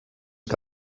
que